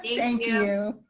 thank you.